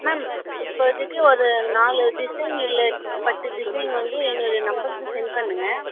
ma'am இப்போதைக்கு ஒரு நாலு டிசைன் இல்லை பத்து டிசைன் வந்து எங்களது நம்பர்க்கு சென்ட் பண்ணுங்க